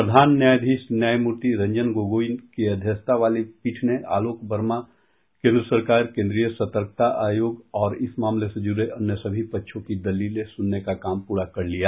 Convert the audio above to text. प्रधान न्यायाधीश न्यायमूर्ति रंजन गोगोई की अध्यक्षता वाली पीठ ने आलोक वर्मा केंद्र सरकार केंद्रीय सतर्कता आयोग और इस मामले से जुडे अन्य सभी पक्षों की दलीलें सुनने का काम पूरा कर लिया